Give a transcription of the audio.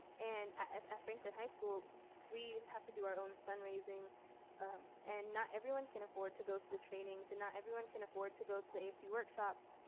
and at franklin high school we have to do our own fundraising and not everyone can afford to go to the trainings and not everyone can afford to go to the asb workshops.